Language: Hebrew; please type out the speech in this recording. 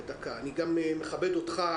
אני גם מכבד אותך,